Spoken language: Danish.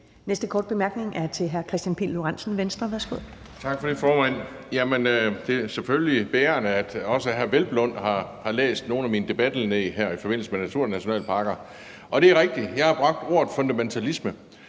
Venstre. Værsgo. Kl. 13:08 Kristian Pihl Lorentzen (V): Tak for det, formand. Det er selvfølgelig beærende, at også hr. Peder Hvelplund har læst nogle af mine debatindlæg her i forbindelse med naturnationalparkerne. Og det er rigtigt, at jeg har brugt ordet fundamentalisme.